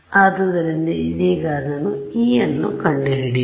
ಆದ್ದರಿಂದ ಇದೀಗ ಇದನ್ನು E ನ್ನು ಕಂಡುಹಿಡಿಯುವ